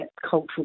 cultural